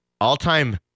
all-time